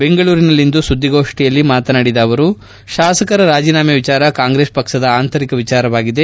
ಬೆಂಗಳೂರಿನಲ್ಲಿಂದು ಸುದ್ದಿಗೋಪ್ಠಿಯಲ್ಲಿ ಮಾತನಾಡಿದ ಅವರು ಶಾಸಕರ ರಾಜೀನಾಮೆ ವಿಚಾರ ಕಾಂಗ್ರೆಸ್ ಪಕ್ಷದ ಆಂತರಿಕ ವಿಚಾರವಾಗಿದೆ